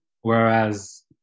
whereas